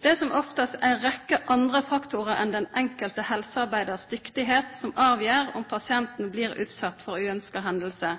Det er som oftast ei rekkje andre faktorar enn den enkelte helsearbeidarens dyktigheit som avgjer om pasienten blir utsett for uønskte hendingar.